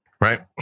Right